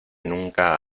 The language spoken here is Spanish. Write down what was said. nunca